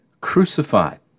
crucified